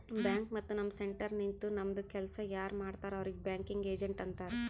bank ಮತ್ತ ನಮ್ centre ನಿಂತು ನಮ್ದು ಕೆಲ್ಸಾ ಯಾರ್ ಮಾಡ್ತಾರ್ ಅವ್ರಿಗ್ ಬ್ಯಾಂಕಿಂಗ್ ಏಜೆಂಟ್ ಅಂತಾರ್